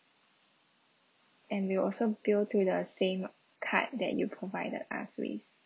and we'll also bill to the same card that you provided us with